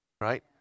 right